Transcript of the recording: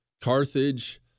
Carthage